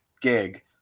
gig